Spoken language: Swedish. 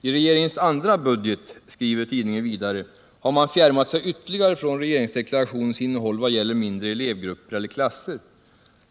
I regeringens andra budget”, skriver tidningen vidare, ”har man fjärmat sig ytterligare från regeringsdeklarationens innehåll vad gäller mindre elevgrupper eller klasser.